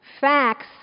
facts